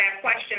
question